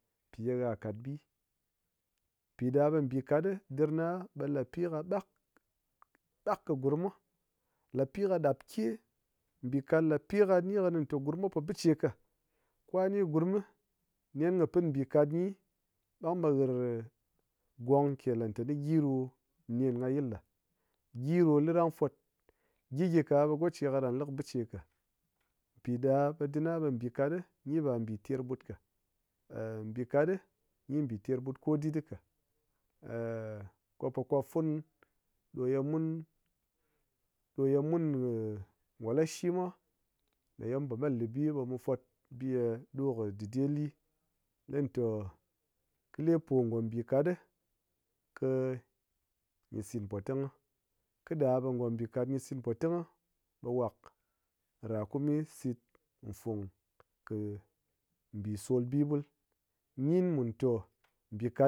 Pi ye ha kat bi, piɗa ɓe mbikat dirna ɓe lapi kɨ ɓak, ɓak kɨ gurmmwa, lapi kɨ ɗapke̱, mbikat la p ka nikini te gurmwa po bicheka, kwa ni gurm, nen kɨ pin mbikat gyi ɓang ɓe hir gwong ke la tani gyi ɗo-o nen kayil ɗa, gyi ɗo liɗang fat, gyii gyi ka ɓe goche kɨ lang li biche ka piɗa ɓe dina ɓe mbikat ɗi gyi ba mbi ter ɓut ka, mbikat ɗi gyi mbi ter ɓut kodit ka, ko po kwap fun ɗo ye mun ɗo ye mun err ngolashi mwa ne ye mun po mat libi ɓe mu fwut bi ye ɗo ye dɨde li, li tɔ kɨ lepo ngombikat ɗi kɨ gyi sit ɗin poting, khiɗa ɓe ngombikat gyi sit ɗin poting ɓe wak rakumi gyi sit fwung kɨ mbi solbi ɓul. Ngyin mun tɔ mbikat